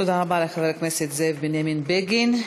תודה רבה לחבר הכנסת זאב בנימין בגין.